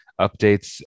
updates